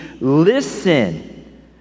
Listen